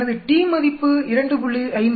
எனது t மதிப்பு 2